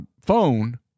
phone